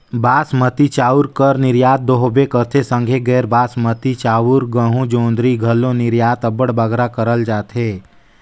बासमती चाँउर कर निरयात दो होबे करथे संघे गैर बासमती चाउर, गहूँ, जोंढरी कर घलो निरयात अब्बड़ बगरा करल जाथे